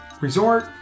resort